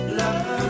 love